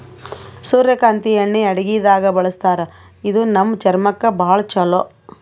ಸೂರ್ಯಕಾಂತಿ ಎಣ್ಣಿ ಅಡಗಿದಾಗ್ ಬಳಸ್ತಾರ ಇದು ನಮ್ ಚರ್ಮಕ್ಕ್ ಭಾಳ್ ಛಲೋ